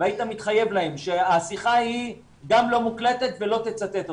והיית מתחייב להם שהשיחה היא גם לא מוקלטת ולא תצטט אותם.